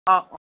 অঁ অঁ